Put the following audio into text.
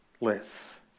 less